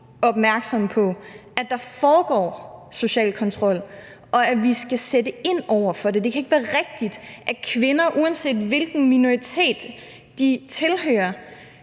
opmærksomme på, at der foregår social kontrol, og at vi skal sætte ind over for det. Det kan ikke være rigtigt, at kvinder, uanset hvilken minoritet de tilhører,